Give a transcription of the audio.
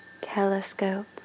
telescope